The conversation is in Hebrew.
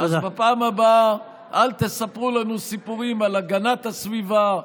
אז בפעם הבאה אל תספרו לנו סיפורים על הגנת הסביבה,